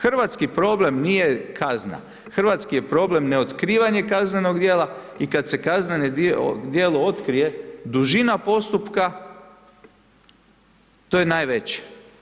Hrvatski problem nije kazna, hrvatski je problem neotkrivanje kaznenog djela i kada se kazneno djelo otkrije dužina postupka ti je najveće.